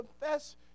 confess